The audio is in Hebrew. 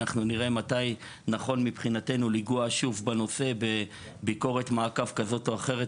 נראה מתי נכון מבחינתנו לנגוע שוב בנושא בביקורת מעקב כזאת או אחרת,